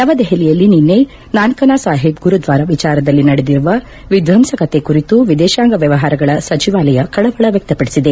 ನವದೆಹಲಿಯಲ್ಲಿ ನಿನ್ನೆ ನಾನ್ಕನ ಸಾಹೀಬ್ ಗುರುದ್ದಾರ ವಿಚಾರದಲ್ಲಿ ನಡೆದಿರುವ ವಿಧ್ಯಂಸಕತೆಯ ಕುರಿತು ವಿದೇಶಾಂಗ ವ್ಯವಹಾರಗಳ ಸಚಿವಾಲಯ ಕಳವಳ ವ್ಯಕಪಡಿಸಿದೆ